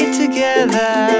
together